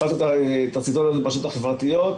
הפצנו את הסרטון הזה ברשתות החברתיות.